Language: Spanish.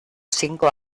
cinco